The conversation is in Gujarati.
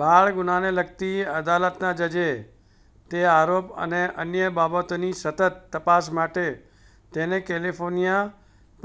બાળ ગુનાને લગતી અદાલતના જજે તે આરોપ અને અન્ય બાબતોની સતત તપાસ માટે તેને કેલિફોર્નિયા